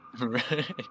Right